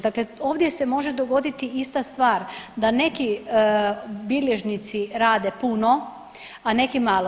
Dakle, ovdje se može dogoditi ista stvar, da neki bilježnici rade puno, a neki malo.